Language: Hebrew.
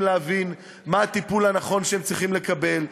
להבין מה הטיפול הנכון שהם צריכים לקבל,